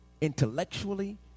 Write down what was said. intellectually